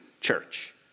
church